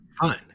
fine